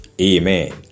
Amen